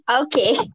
Okay